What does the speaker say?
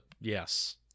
yes